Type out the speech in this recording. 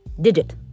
digit